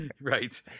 Right